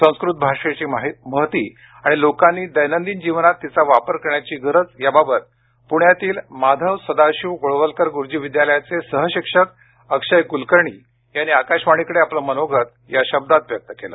संस्कृत भाषेची महती आणि लोकांनी दैनंदिन जीवनात तिचा वापर करण्याची गरज याबाबत पुण्यातील माधव सदाशिव गोळवलकर गुरुजी विद्यालयाचे सहशिक्षक अक्षय कुलकर्णी यांनी आकाशवाणीकडे आपलं मनोगत या शब्दांत व्यक्त केलं